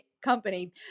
company